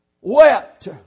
wept